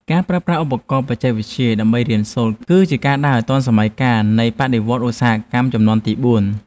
ការប្រើប្រាស់ឧបករណ៍បច្ចេកវិទ្យាដើម្បីរៀនសូត្រ គឺជាការដើរឱ្យទាន់សម័យកាលនៃបដិវត្តន៍ឧស្សាហកម្មជំនាន់ទីបួន។